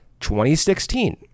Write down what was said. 2016